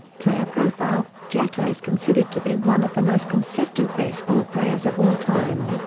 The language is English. player profile jeter is considered to be one of the most consistent baseball players of all time.